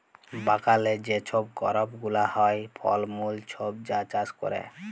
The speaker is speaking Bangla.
বাগালে যে ছব করপ গুলা হ্যয়, ফল মূল ছব যা চাষ ক্যরে